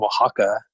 Oaxaca